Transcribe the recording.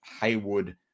Haywood